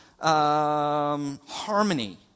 harmony